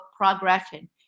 progression